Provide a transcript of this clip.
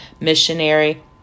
missionary